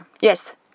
Yes